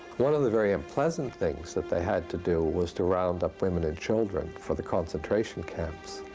one of the very unpleasant things that they had to do was to round up women and children for the concentration camps.